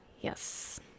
Yes